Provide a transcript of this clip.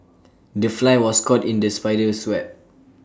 the fly was caught in the spider's web